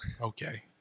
Okay